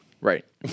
Right